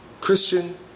Christian